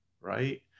right